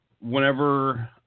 whenever –